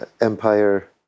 empire